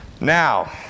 Now